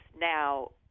now